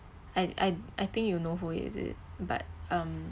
I I I think you know who is it but um